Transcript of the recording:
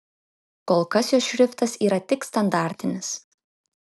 kol kas jos šriftas yra tik standartinis